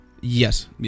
Yes